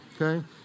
Okay